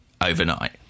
overnight